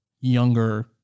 younger